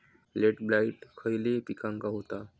Late blight खयले पिकांका होता?